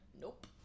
nope